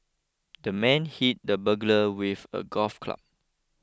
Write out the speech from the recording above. the man hit the burglar with a golf club